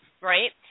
right